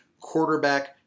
quarterback